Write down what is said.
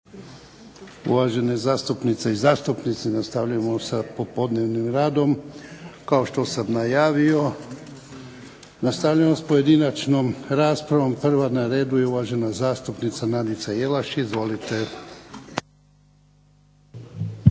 Uvažene zastupnice i zastupnici nastavljamo sa popodnevnim radom. Kao što sam najavio nastavljamo s pojedinačnom raspravom. Prva na redu je uvažena zastupnica Nadica Jelaš, izvolite. **Jelaš,